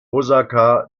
osaka